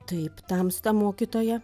taip tamsta mokytoja